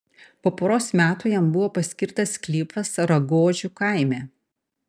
po poros metų jam buvo paskirtas sklypas ragožių kaime